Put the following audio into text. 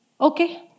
Okay